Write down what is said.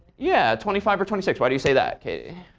yeah, twenty five or twenty six. why do you say that, katy?